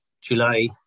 July